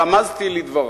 רמזתי לדבריו.